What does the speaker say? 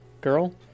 girl